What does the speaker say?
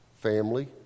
family